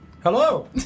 Hello